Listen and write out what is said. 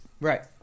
Right